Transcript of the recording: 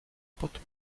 pot